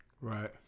right